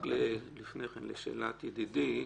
רק לפני כן, לשאלת ידידי,